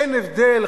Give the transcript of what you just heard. אין הבדל,